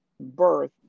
birth